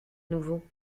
nouveau